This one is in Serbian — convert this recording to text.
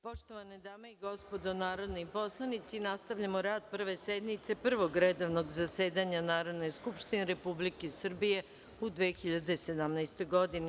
Poštovane dame i gospodo narodni poslanici, nastavljamo rad Prve sednice Prvog redovnog zasedanja Narodne skupštine Republike Srbije u 2017. godini.